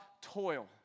toil